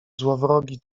złowrogi